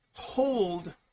hold